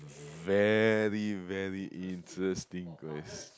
~very very interesting ques~